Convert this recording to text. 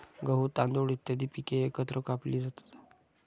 गहू, तांदूळ इत्यादी पिके एकत्र कापली जातात